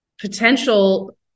potential